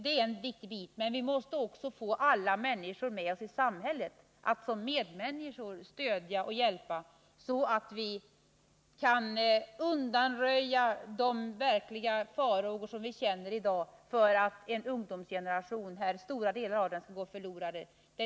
Det är en viktig bit, men vi måste också få alla människor i samhället att som medmänniskor stödja och hjälpa, så att 7 vi kan undanröja de verkliga farhågor som vi i dag känner för att stora delar av en ungdomsgeneration skall gå förlorad.